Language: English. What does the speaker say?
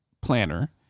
planner